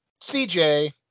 CJ